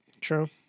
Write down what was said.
True